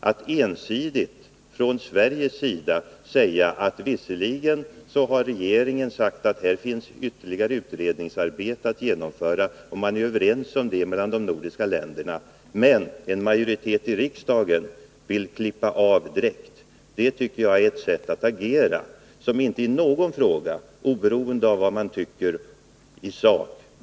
Att från svensk sida ensidigt uttala att regeringen visserligen har sagt att det finns ytterligare utredningsarbete att utföra och att man är överens om det i de nordiska länderna, men att en majoritet i riksdagen vill klippa av direkt, tycker jag vore ett sätt att agera som inte borde få förekomma i någon fråga, oberoende av vad man anser i sak.